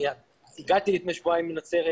הגעתי לפני שבועיים לנצרת